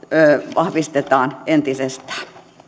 vahvistetaan entisestään